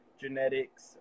genetics